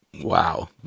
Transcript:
Wow